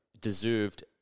deserved